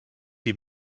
die